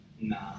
nah